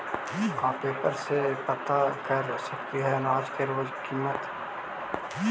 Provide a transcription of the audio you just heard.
का पेपर में से पता कर सकती है अनाज के रोज के किमत?